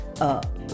up